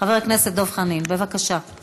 חבר הכנסת דב חנין, בבקשה.